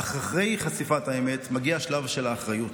אך אחרי חשיפת האמת מגיע השלב של האחריות.